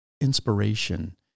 inspiration